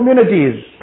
communities